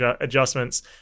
adjustments